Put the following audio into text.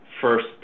first